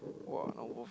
!wah! don't move